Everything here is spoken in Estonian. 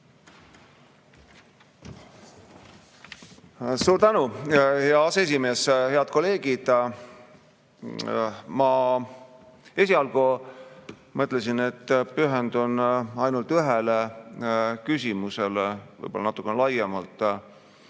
Suur tänu, hea aseesimees! Head kolleegid! Ma esialgu mõtlesin, et pühendun ainult ühele küsimusele, võib-olla natukene laiemalt,